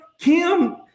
Kim